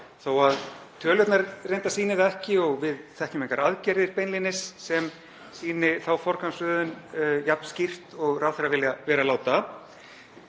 þó að tölurnar reyndar sýni það ekki og við þekkjum engar aðgerðir beinlínis sem sýna þá forgangsröðun jafn skýrt og ráðherrar vilja vera láta.